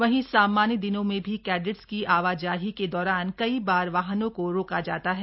वहीं सामान्य दिनों में भी कैडेट्स की आवाजाही के दौरान कई बार वाहनों को रोका जाता है